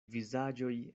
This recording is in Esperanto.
vizaĝoj